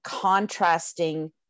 contrasting